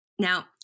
Now